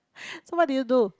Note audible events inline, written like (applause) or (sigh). (breath) so what did you do